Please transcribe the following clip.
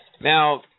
Now